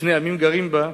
ששני העמים גרים בה,